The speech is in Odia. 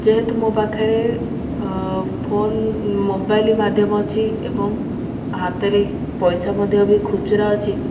ଯେହେତୁ ମୋ ପାଖରେ ଫୋନ ମୋବାଇଲ ମାଧ୍ୟମ ଅଛି ଏବଂ ହାତରେ ପଇସା ମଧ୍ୟ ବି ଖୁଚୁରା ଅଛି